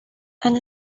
and